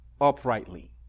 uprightly